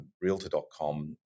realtor.com